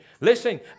Listen